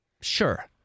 Sure